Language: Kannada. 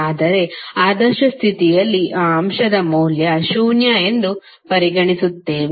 ಆದರೆ ಆದರ್ಶ ಸ್ಥಿತಿಯಲ್ಲಿ ಆ ಅಂಶದ ಮೌಲ್ಯ ಶೂನ್ಯ ಎಂದು ಪರಿಗಣಿಸುತ್ತೇವೆ